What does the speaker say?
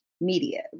media